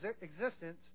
existence